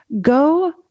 Go